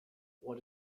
what